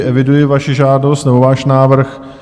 Eviduji vaši žádost nebo váš návrh.